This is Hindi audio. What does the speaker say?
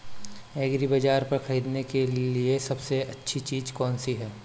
एग्रीबाज़ार पर खरीदने के लिए सबसे अच्छी चीज़ कौनसी है?